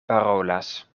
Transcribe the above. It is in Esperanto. parolas